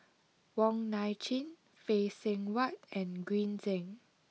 Wong Nai Chin Phay Seng Whatt and Green Zeng